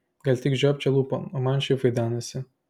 gal tik žiopčioja lūpom o man šiaip vaidenasi